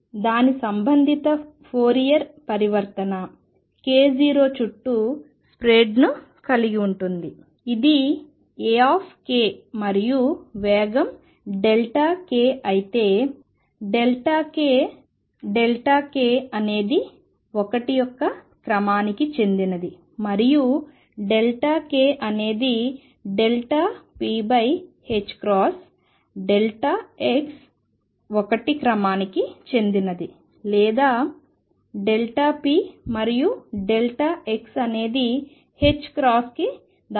దాని సంబంధిత ఫోరియర్ పరివర్తన k0 చుట్టూ స్ప్రెడ్ను కలిగి ఉంటుంది ఇది A మరియు వేగం k అయితే k x అనేది దాదాపు 1 అవుతుంది మరియు k అనేది Δpx 1 యొక్క క్రమానికి చెందినది లేదా p మరియు x అనేది కి దాదాపు సమానంగా ఉంటుంది